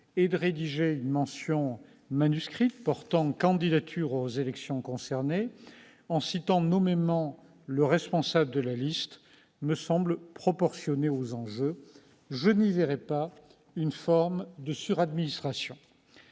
et de rédiger une mention manuscrite portant candidature aux élections concernées, en citant nommément le responsable de la liste, me semble proportionné aux enjeux. Je n'y verrai pas une forme de suradministration.